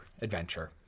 adventure